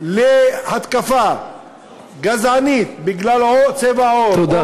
להתקפה גזענית בגלל צבע עור תודה.